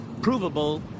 provable